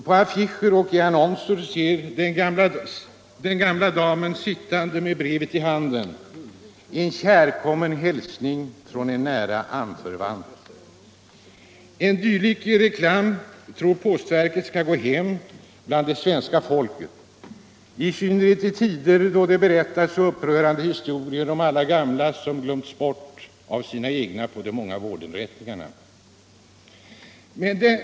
På affischer och i annonser ser man den gamla damen sitta med ett brev i handen som en kärkommen hälsning från en nära anförvant. En dylik reklam tror postverket skall gå hem bland det svenska folket, i synnerhet i tider då det berättas så upprörande historier om alla gamla på de många vårdinrättningarna som glöms bort av sina egna.